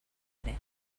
ere